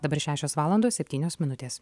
dabar šešios valandos septynios minutės